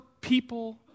people